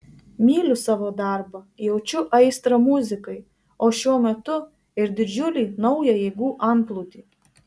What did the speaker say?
myliu savo darbą jaučiu aistrą muzikai o šiuo metu ir didžiulį naują jėgų antplūdį